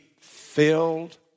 filled